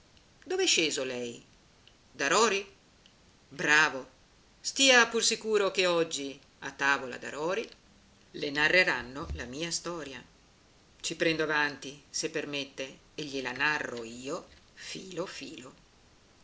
dov'è sceso lei da rori bravo stia pur sicuro che oggi a tavola da rori le narreranno la mia storia ci prendo avanti se permette e gliela narro io filo filo